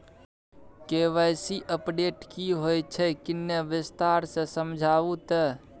KYC update की होय छै किन्ने विस्तार से समझाऊ ते?